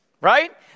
right